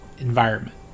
environment